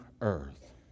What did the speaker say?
earth